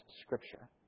Scripture